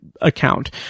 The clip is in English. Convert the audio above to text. account